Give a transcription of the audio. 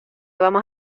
vamos